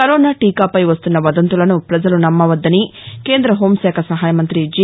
corona టీకాపై వస్తున్న వదంతులను పజలు నమ్మవద్దని కేందహోంశాఖ సహాయ మంత్రి జి